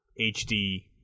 HD